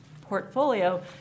portfolio